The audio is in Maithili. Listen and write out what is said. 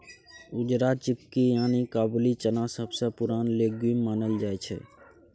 उजरा चिकपी यानी काबुली चना सबसँ पुरान लेग्युम मानल जाइ छै